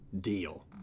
deal